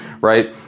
right